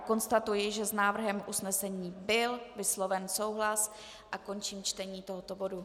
Konstatuji, že s návrhem usnesení byl vysloven souhlas, a končím čtení tohoto bodu.